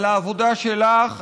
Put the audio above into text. על העבודה שלך.